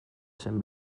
zen